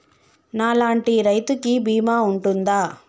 నా లాంటి రైతు కి బీమా ఉంటుందా?